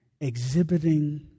exhibiting